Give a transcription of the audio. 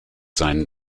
seinen